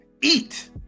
eat